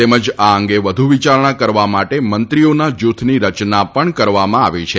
તેમજ આ અંગે વધુ વિચારણા કરવા માટે મંત્રીઓના જૂથની રચના પણ કરવામાં આવી છે